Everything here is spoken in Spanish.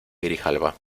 grijalba